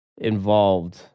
involved